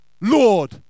Lord